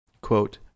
Quote